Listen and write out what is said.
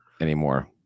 anymore